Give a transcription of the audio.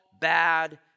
bad